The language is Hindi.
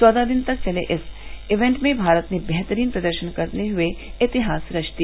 चौदह दिन तक चले इस इवेंट में भारत ने बेहतरीन प्रदर्शन करते हुए इतिहास रच दिया